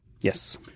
Yes